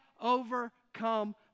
overcome